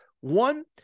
One